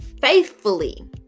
faithfully